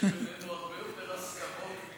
שיש בינינו יותר הסכמות.